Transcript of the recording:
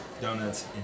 donuts